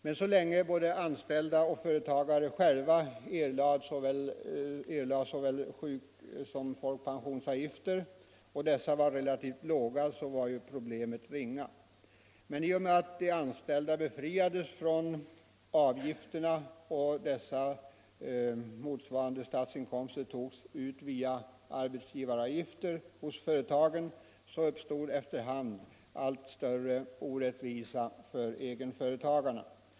Men så länge som både anställda och företagare själva erlade såväl sjuksom folkpensionsavgifter och dessa var relativt låga, var problemet ringa. I och med att de anställda befriades från avgifterna och motsvarande statsinkomster togs ut via arbetsgivaravgifter hos företagen uppstod emellertid efter hand orättvisor för egenföretagarna.